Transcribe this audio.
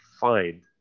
find